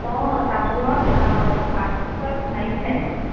অঁ চাবোনত পাঁচটোত নাইণ্টি নাইন